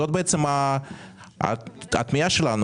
זאת בעצם התמיהה שלנו.